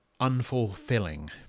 unfulfilling